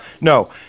no